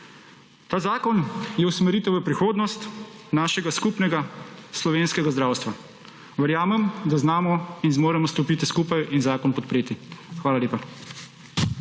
Ta zakon je usmeritev v prihodnost našega skupnega slovenskega zdravstva. Verjamem, da znamo in zmoremo stopiti skupaj in zakon podpreti. Hvala lepa.